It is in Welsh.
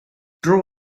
dro